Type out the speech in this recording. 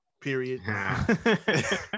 period